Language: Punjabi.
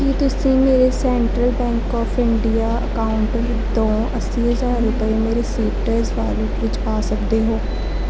ਕੀ ਤੁਸੀਂ ਮੇਰੇ central bank of India account ਤੋਂ ਅੱਸੀ ਹਜ਼ਾਰ ਰੁਪਏ ਮੇਰੇ ਸੀਟਰਸ ਵਾਲਿਟ ਵਿੱਚ ਪਾ ਸਕਦੇ ਹੋ